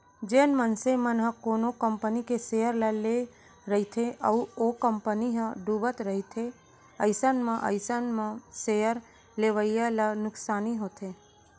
जेन मनसे मन ह कोनो कंपनी के सेयर ल लेए रहिथे अउ ओ कंपनी ह डुबत रहिथे अइसन म अइसन म सेयर लेवइया ल नुकसानी होथे